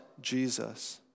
Jesus